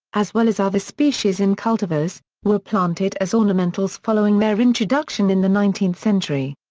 as well as other species and cultivars, were planted as ornamentals following their introduction in the nineteenth century.